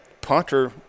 Punter